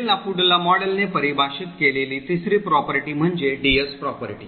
bell लापॅडुला मॉडेल ने परिभाषित केलेली तिसरी property म्हणजे DS property